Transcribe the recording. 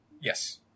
Yes